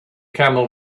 camel